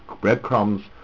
breadcrumbs